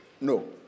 No